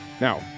Now